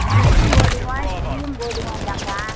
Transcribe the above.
வடையும் போடுவோம் டீயும் போடுவோம் தங்கம்